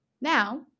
Now